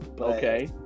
Okay